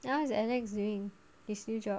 how is alex doing his new job